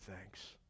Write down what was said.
thanks